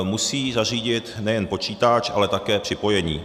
Musí zařídit nejen počítač, ale také připojení.